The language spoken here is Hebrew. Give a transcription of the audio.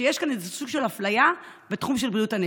שיש כאן סוג של אפליה בתחום של בריאות הנפש.